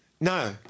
No